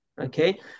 okay